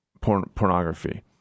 pornography